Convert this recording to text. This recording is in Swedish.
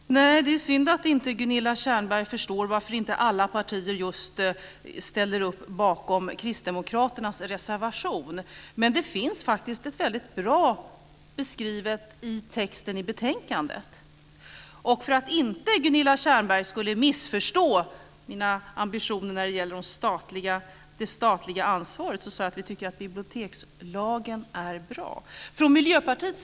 Fru talman! Det är synd att Gunilla Tjernberg inte förstår varför inte alla partier ställer sig bakom Kristdemokraternas reservation. Men det finns faktiskt väldigt bra beskrivet i texten i betänkandet. För att Gunilla Tjernberg inte skulle missförstå mina ambitioner när det gäller det statliga ansvaret sade jag att vi tycker att bibliotekslagen är bra.